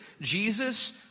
Jesus